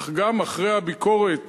אך גם אחרי הביקורת